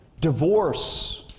divorce